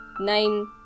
nine